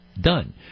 done